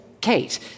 Kate